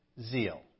zeal